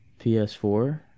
PS4